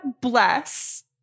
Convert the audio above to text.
bless